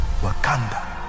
Wakanda